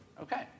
Okay